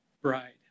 bride